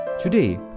Today